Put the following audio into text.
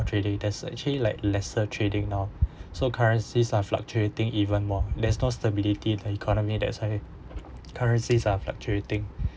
the trading there's actually like lesser trading now so currencies are fluctuating even more there's no stability in the economy that's why currencies are fluctuating